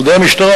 על-ידי המשטרה,